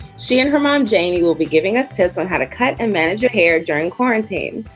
she and her mom, jamie, will be giving us tips on how to cut and manage your hair during quarantine.